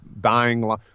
dying